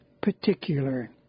particular